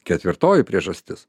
ketvirtoji priežastis